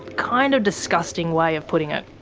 kind of disgusting way of putting it.